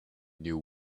knew